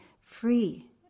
free